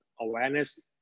awareness